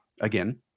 again